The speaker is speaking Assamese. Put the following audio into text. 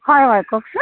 হয় হয় কওকচোন